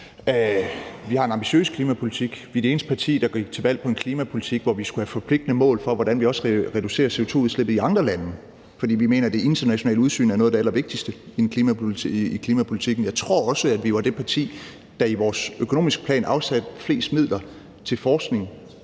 Vi har en ambitiøs klimapolitik. Vi var det eneste parti, der gik til valg på en klimapolitik, hvor man også skulle have et forpligtende mål for, hvordan man reducerer CO2-udslippet i andre lande, fordi vi mener, at det internationale udsyn er noget af det allervigtigste i klimapolitikken, og jeg tror også, at vi var det parti, der i vores økonomiske plan afsatte flest midler til forskning